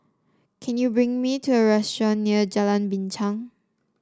can you recommend me a restaurant near Jalan Binchang